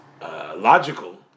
logical